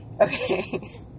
okay